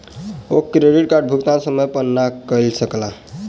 ओ credit कार्डक भुगतान समय पर नै कय सकला